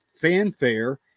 fanfare